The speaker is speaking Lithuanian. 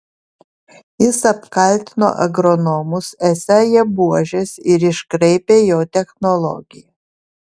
jis apkaltino agronomus esą jie buožės ir iškraipę jo technologiją